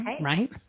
Right